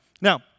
Now